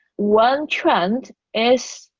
one trend is,